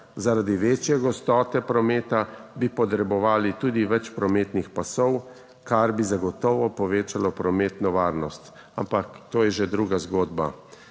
Zaradi večje gostote prometa bi potrebovali tudi več prometnih pasov, kar bi zagotovo povečalo prometno varnost, ampak to je že druga zgodba.